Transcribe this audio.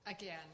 Again